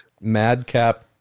madcap